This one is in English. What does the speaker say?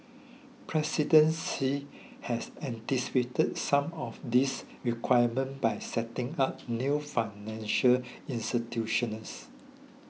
President Xi has anticipated some of these requirements by setting up new financial institutions